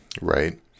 right